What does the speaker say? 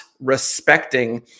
respecting